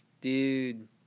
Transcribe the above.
Dude